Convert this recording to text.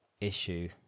issue